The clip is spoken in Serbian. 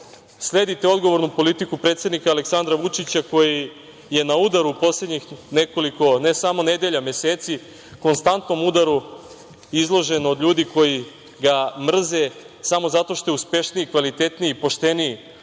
sledite odgovornu politiku predsednika Aleksandra Vučića koji je na udaru poslednjih nekoliko ne samo nedelja, meseci, konstantnom udaru izložen od ljudi koji ga mrze samo zato što je uspešniji, kvalitetniji, pošteniji